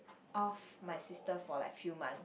of my sister for like few month